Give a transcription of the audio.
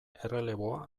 erreleboa